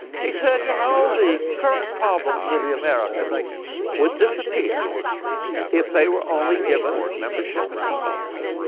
he said, you know, the current problems with the americans would disappear if they were only given membership in parliament.